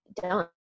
done